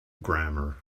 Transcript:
grammar